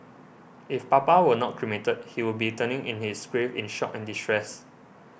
if Papa were not cremated he would be turning in his grave in shock and distress